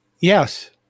Yes